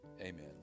Amen